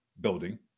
building